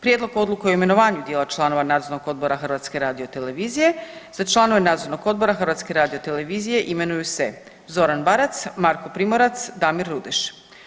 Prijedlog odluke o imenovanju dijela članova Nadzornog odbora HRT-a, za članove Nadzornog odbora HRT-a imenuju se Zoran Barac, Marko Primorac, Damir Rudeš.